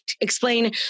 Explain